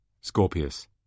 Scorpius